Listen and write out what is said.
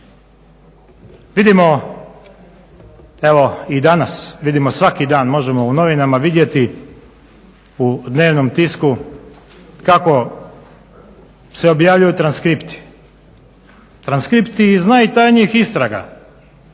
Vidimo evo i danas vidimo svaki dan, moŽemo u novinama vidjeti, u dnevnom tisku kako se objavljuju transkripti, transkripti iz najtanjih istraga,